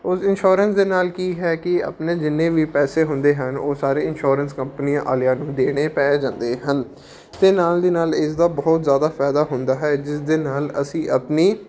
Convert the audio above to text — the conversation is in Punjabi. ਉਸ ਇੰਸ਼ੋਰੈਂਸ ਦੇ ਨਾਲ ਕੀ ਹੈ ਕਿ ਆਪਣੇ ਜਿੰਨੇ ਵੀ ਪੈਸੇ ਹੁੰਦੇ ਹਨ ਉਹ ਸਾਰੇ ਇੰਸ਼ੋਰੈਂਸ ਕੰਪਨੀਆਂ ਵਾਲਿਆਂ ਨੂੰ ਦੇਣੇ ਪੈ ਜਾਂਦੇ ਹਨ ਅਤੇ ਨਾਲ ਦੀ ਨਾਲ ਇਸ ਦਾ ਬਹੁਤ ਜ਼ਿਆਦਾ ਫਾਇਦਾ ਹੁੰਦਾ ਹੈ ਜਿਸ ਦੇ ਨਾਲ ਅਸੀਂ ਆਪਣੀ